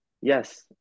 yes